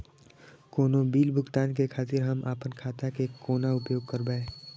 कोनो बील भुगतान के खातिर हम आपन खाता के कोना उपयोग करबै?